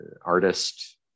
artist